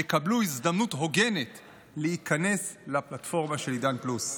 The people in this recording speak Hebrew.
יקבלו הזדמנות הוגנת להיכנס לפלטפורמה של עידן פלוס.